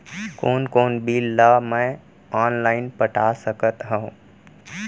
कोन कोन बिल ला मैं ऑनलाइन पटा सकत हव?